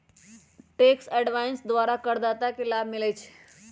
tax avoidance द्वारा करदाता के लाभ मिलइ छै